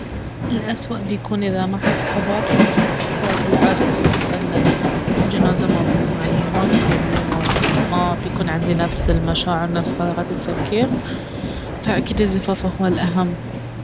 الاسوء بيكون اذا ما احد حضر العرس لان الجنازة ما يعني ما بيهمني ما بيكون عندي نفس المشاعر نفس طريقة التفكير فأكيد الزفاف اهو الأهم